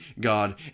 God